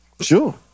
Sure